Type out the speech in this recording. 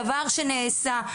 דבר שנעשה.